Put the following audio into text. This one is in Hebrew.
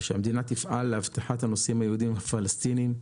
שהמדינה תפעל לאבטחת הנוסעים היהודיים והפלסטינים.